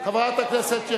חברת הכנסת שלי